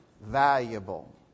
valuable